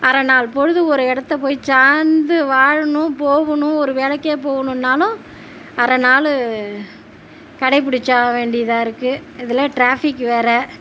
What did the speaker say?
அரை நாள் பொழுது ஒரு இடத்த போய் சார்ந்து வாழனும் போகணும் ஒரு வேலைக்கே போகணுமன்னாலும் அரை நாள் கடைபிடிச்சாக வேண்டியதாக இருக்கு இதில் ட்ராஃபிக் வேறு